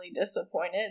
disappointed